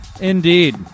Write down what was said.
Indeed